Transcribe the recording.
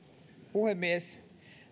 puhemies